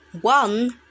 one